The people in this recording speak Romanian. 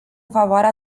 favoarea